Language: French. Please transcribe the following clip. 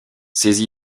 ces